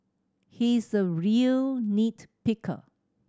he's a real nit picker